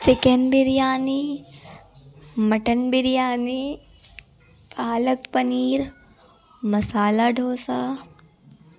chicken biryani mutton biryani palak paneer masala dosa